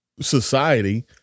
society